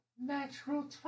natural